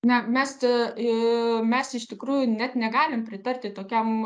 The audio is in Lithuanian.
na mes ė mes iš tikrųjų net negalim pritarti tokiam